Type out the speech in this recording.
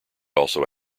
also